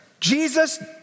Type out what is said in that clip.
Jesus